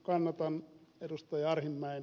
kannatan ed